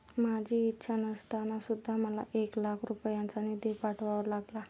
माझी इच्छा नसताना सुद्धा मला एक लाख रुपयांचा निधी पाठवावा लागला